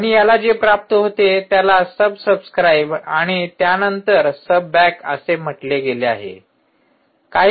आणि याला जे प्राप्त होते त्याला सबसबस्क्राइब आणि त्यानंतर सब बॅक असे म्हटले गेले आहे